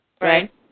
right